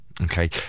Okay